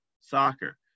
soccer